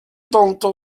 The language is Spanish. tonto